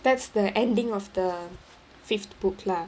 that's the ending of the fifth book lah